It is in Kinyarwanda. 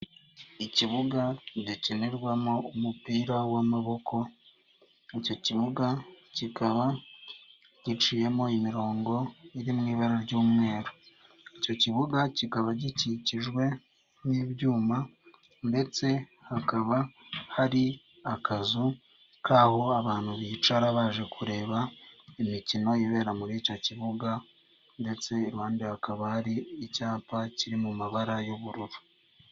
Ikibuga gikinirwamo umupira w'amaboko, icyo kibuga kikaba giciyemo imirongo iri mu ibara ry'umweru. Icyo kibuga kikaba gikikijwe n'ibyuma ndetse hakaba hari akazu kabo abantu bicara baje kureba imikino ibera muri icyo kibuga ndetse iruhande hakaba hari icyapa kiri mu mabara y'ubururu.